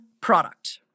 product